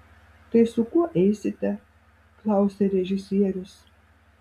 tai su kuo eisite klausia režisierius